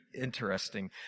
interesting